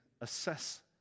assess